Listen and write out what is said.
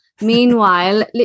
Meanwhile